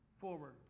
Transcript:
forward